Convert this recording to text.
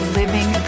living